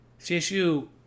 CSU